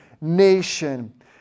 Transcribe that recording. nation